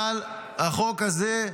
אבל החוק הזה,